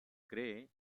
cree